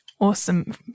Awesome